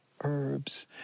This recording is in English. herbs